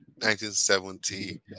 1970